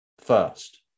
first